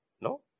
No